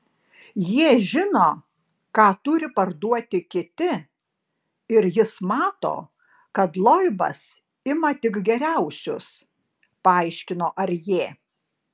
jie žino ką turi parduoti kiti ir jis mato kad loibas ima tik geriausius paaiškino arjė